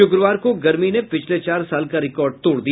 शुक्रवार को गर्मी ने पिछले चार साल का रिकॉर्ड तोड़ दिया